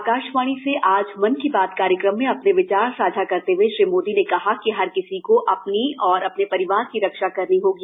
आकाशवाणी से आज मन की बात कार्यक्रम में अपने विचार साझा करते हए श्री मोदी ने कहा कि हर किसी को अपनी और अपने परिवार की रक्षा करनी होगी